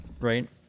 right